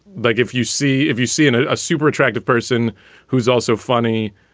like. if you see if you see and ah a super attractive person who's also funny.